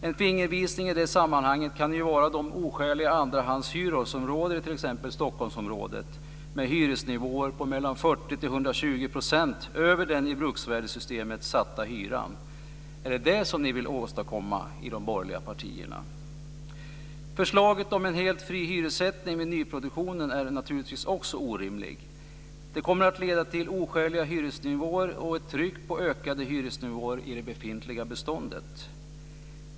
En fingervisning i det sammanhanget kan vara de oskäliga andrahandshyror som råder i t.ex. Stockholmsområdet, med hyresnivåer på 40 120 % över den i bruksvärdessystemet satta hyran. Är det detta ni vill åstadkomma i de borgerliga partierna? Förslaget om en helt fri hyressättning vid nyproduktion är naturligtvis också orimligt. Det kommer att leda till oskäliga hyresnivåer och ett tryck på ökade hyresnivåer i det befintliga beståndet.